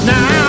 Now